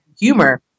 humor